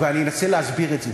ואני אנסה להסביר את זה.